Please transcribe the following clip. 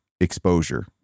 exposure